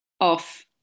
off